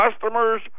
customers